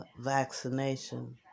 vaccination